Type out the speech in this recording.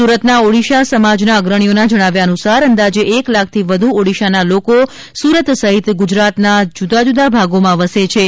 સુરતના ઓડિસા સમાજના અગ્રણીઓના જણાવ્યા અનુસાર અંદાજે એક લાખથી વધુ ઓડિસાના લોકો સુરત સહિત ગુજરાતના જદા જદા ભાગોમાં વસેછે